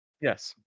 Yes